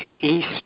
east